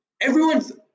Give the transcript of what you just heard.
everyone's